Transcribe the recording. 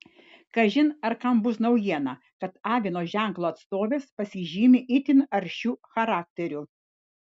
kažin ar kam bus naujiena kad avino ženklo atstovės pasižymi itin aršiu charakteriu